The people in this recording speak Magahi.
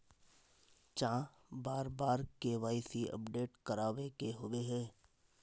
चाँह बार बार के.वाई.सी अपडेट करावे के होबे है?